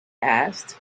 asked